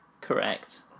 Correct